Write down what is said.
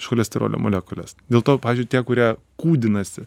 iš cholesterolio molekulės dėl to pavyzdžiui tie kurie kūdinasi